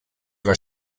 were